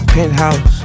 Penthouse